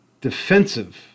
defensive